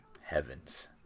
Heavens